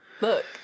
Look